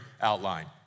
outline